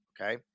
Okay